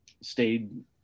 stayed